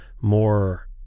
more